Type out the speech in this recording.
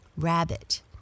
Rabbit